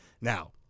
Now